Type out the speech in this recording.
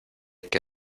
que